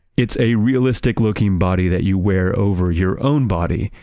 it's a realistic looking body that you wear over your own body.